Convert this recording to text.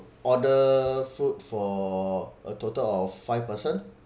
order food for a total of five person